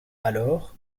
alors